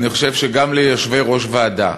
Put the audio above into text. אני חושב שגם ליושבי-ראש ועדה,